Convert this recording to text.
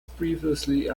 previously